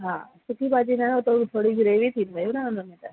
हा सुकी भाॼी न हो त थोरी थोरी ग्रेवी थींदी न उनमें त